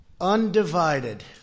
undivided